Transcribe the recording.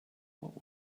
what